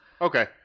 Okay